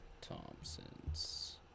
Thompson's